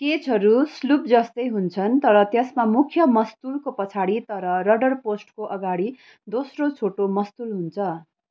केचहरू sloop जस्तै हुन्छन् तर त्यसमा मुख्य मस्तुलको पछाडि तर रडर पोस्टको अगाडि दोस्रो छोटो मस्तुल हुन्छ